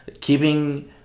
keeping